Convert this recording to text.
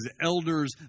elders